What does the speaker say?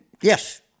yes